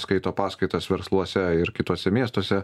skaito paskaitas versluose ir kituose miestuose